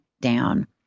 down